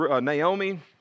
Naomi